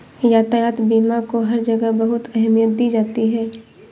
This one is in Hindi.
यातायात बीमा को हर जगह बहुत अहमियत दी जाती है